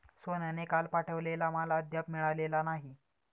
सोहनने काल पाठवलेला माल अद्याप मिळालेला नाही